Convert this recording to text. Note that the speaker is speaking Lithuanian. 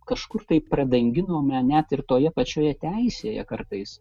kažkur tai pradanginome net ir toje pačioje teisėje kartais